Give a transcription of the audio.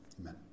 amen